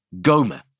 Goma